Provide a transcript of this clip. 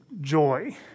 joy